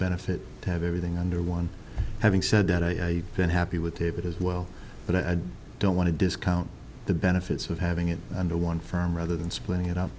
benefit to have everything under one having said that i been happy with david as well but i don't want to discount the benefits of having it under one firm rather than splitting it up